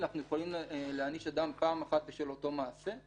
אנחנו יכולים להעניש אדם פעם אחת בשל אותו מעשה.